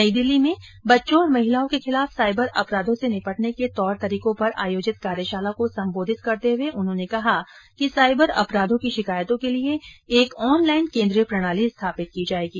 नई दिल्ली में बच्चों और महिलाओं के खिलाफ साइबर अपराधों से निपटने के तौर तरीकों पर आयोजित कार्यशाला को संबोधित करते हुए उन्होंने कहा कि साइबर अपराधों की शिकायतों के लिये एक ऑनलाइन केंद्रीय प्रणाली स्थापित की जाएगी